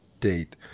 date